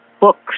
books